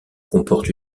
comporte